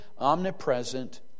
omnipresent